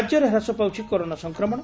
ରାଜ୍ୟରେ ହ୍ରାସ ପାଉଛି କରୋନା ସଂକ୍ରମଣ